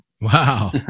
Wow